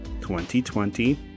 2020